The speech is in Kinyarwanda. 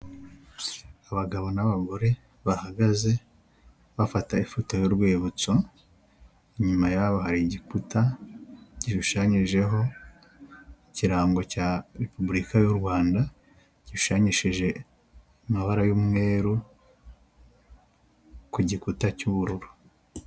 Abagabo n'abagore bahagaze bafata ifoto y'urwibutso, inyuma yabo hari igikuta girushanyijeho ikirango cya Repubulika y'u Rwanda, gishushanyishije amabara y'umweru ku gikuta cy'ubururu.